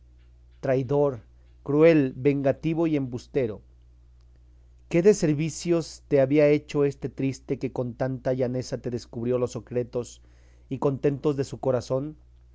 traidor cruel vengativo y embustero qué deservicios te había hecho este triste que con tanta llaneza te descubrió los secretos y contentos de su corazón